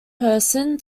person